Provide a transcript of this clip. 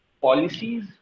policies